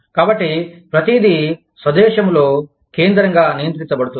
కాబట్టి ప్రతిదీ స్వదేశంలో కేంద్రంగా నియంత్రించబడుతుంది